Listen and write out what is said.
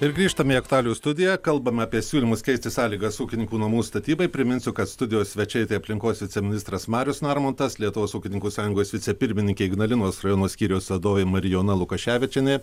ir grįžtame į aktualijų studiją kalbame apie siūlymus keisti sąlygas ūkininkų namų statybai priminsiu kad studijos svečiai tai aplinkos viceministras marius narmontas lietuvos ūkininkų sąjungos vicepirmininkė ignalinos rajono skyriaus vadovė marijona lukaševičienė